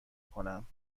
کنم